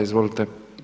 Izvolite.